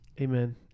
amen